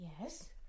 Yes